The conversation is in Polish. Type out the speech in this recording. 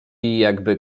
jakby